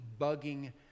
bugging